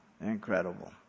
Incredible